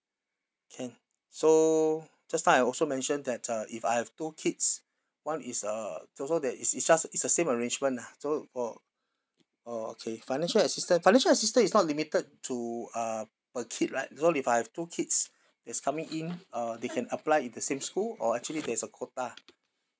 can so just now I also mention that uh if I have two kids one is uh so also that it's it's just it's the same arrangement lah so orh orh okay financial assistance financial assistance is not limited to uh per kid right so if I have two kids it's coming in uh they can apply in the same school or actually there's a quota